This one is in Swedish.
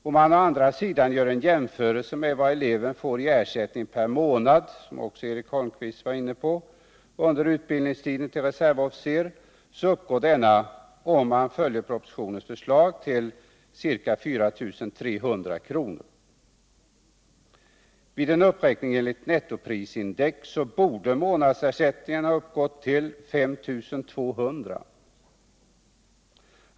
Eric Holmqvist var också inne på vad eleven får i ersättning per månad under tiden för utbildning till reservofficer. Enligt propositionens förslag blir det ca 4 300 kr., men med uppräkning enligt nettoprisindex skulle månadsersättningen ha uppgått ull 5 200 kr.